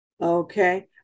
Okay